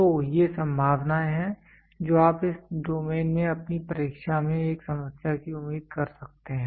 तो ये संभावनाएं हैं जो आप इस डोमेन में अपनी परीक्षा में एक समस्या की उम्मीद कर सकते हैं